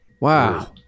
Wow